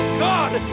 god